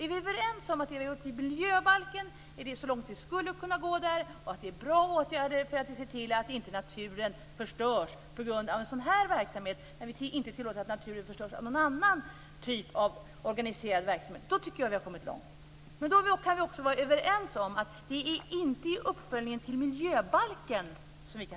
Jag tycker att vi har kommit långt om vi är överens om att vi har gått så långt som vi skulle kunna gå i miljöbalken och att det här är bra åtgärder för att se till att naturen inte förstörs på grund av en sådan här verksamhet; vi tillåter ju inte att naturen förstörs av någon annan typ av organiserad verksamhet. Då kan vi också vara överens om att vi inte kan titta på det här i uppföljningen av miljöbalken.